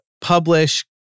publish